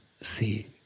see